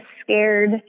scared